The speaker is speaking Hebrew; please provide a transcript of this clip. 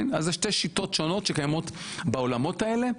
אלו שתי שיטות שונות שקיימות בעולמות האלה.